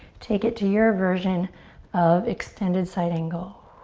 take it to your version of extended side angle.